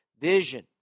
vision